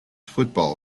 football